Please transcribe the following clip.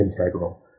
integral